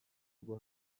bwo